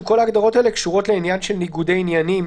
כל ההגדרות האלה קשורות לעניין של ניגוד עניינים,